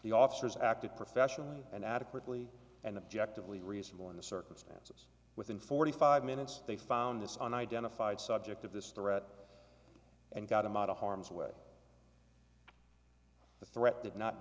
the officers acted professionally and adequately and objective lead reasonable in the circumstances within forty five minutes they found this on identified subject of this threat and got him out of harm's way the threat